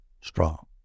Strong